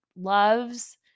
loves